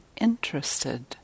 interested